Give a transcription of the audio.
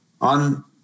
on